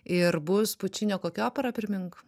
ir bus pučinio kokia opera primink